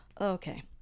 Okay